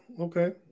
Okay